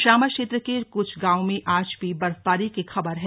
शामा क्षेत्र के कुछ गांवों में आज भी बर्फबारी की खबर है